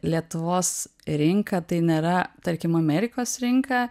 lietuvos rinka tai nėra tarkim amerikos rinka